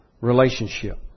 relationship